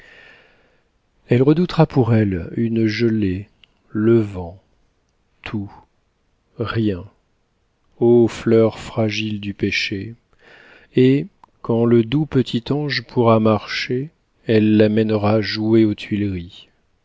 elle redoutera pour elle une gelée le vent tout rien o fleur fragile du pêcher et quand le doux petit ange pourra marcher elle le mènera jouer aux tuileries